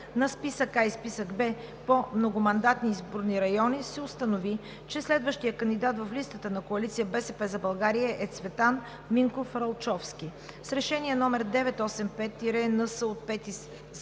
на списък А и списък Б по многомандатни изборни райони се установи, че следващият кандидат в листата на коалиция „БСП за България“ е Цветан Минков Ралчовски. С Решение № 985-НС от